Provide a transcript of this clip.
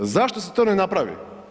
Zašto se to ne napravi?